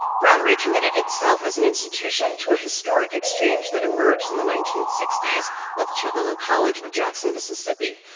brown recommitted itself as an institution to a historic exchange that emerged in the nineteen sixty s with tougaloo college of jackson, mississippi,